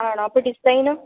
ആണോ അപ്പോൾ പ്ലേയ്നും